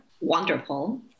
wonderful